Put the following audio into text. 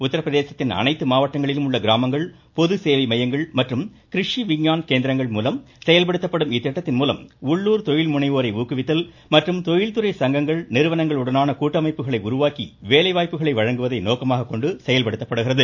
உத்தரப்பிரதேசத்தின் அனைத்து மாவட்டங்களிலும் உள்ள கிராமங்கள் பொது சேவை மையங்கள் மற்றும் க்ரிஷி விஞ்யான் கேந்திரங்கள் மூலம் செயல்படுத்தப்படும் இத்திட்டத்தின் மூலம் உள்ளுர் தொழில்முனைவேரை ஊக்குவித்தல் மற்றும் தொழில்துறை சங்கங்கள் நிறுவனங்கள் உடனான கூட்டமைப்புகளை உருவாக்கி வேலைவாய்ப்புகளை வழங்குவதை நோக்கமாக கொண்டு செயல்படுத்தப்படுகிறது